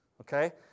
okay